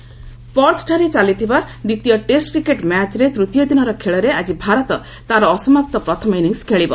cricket ପର୍ଥଠାରେ ଚାଲିଥିବା ଦ୍ୱିତୀୟ ଟେଷ୍ଟ କ୍ରିକେଟ୍ ମ୍ୟାଚ୍ରେ ତୃତୀୟ ଦିନର ଖେଳରେ ଆଜି ଭାରତ ତା'ର ଅସମାପ୍ତ ପ୍ରଥମ ଇନିଙ୍ଗ୍ସ୍ ଖେଳିବ